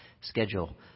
schedule